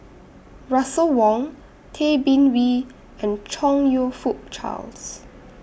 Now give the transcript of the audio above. Russel Wong Tay Bin Wee and Chong YOU Fook Charles